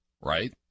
right